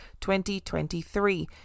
2023